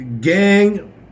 gang